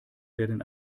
werden